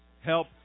help